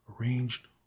arranged